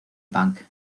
bank